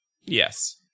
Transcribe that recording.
Yes